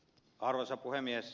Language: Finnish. arvoisa puhemies